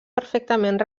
perfectament